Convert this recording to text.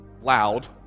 loud